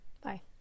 Bye